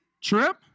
Trip